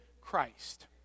Christ